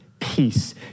peace